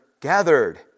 gathered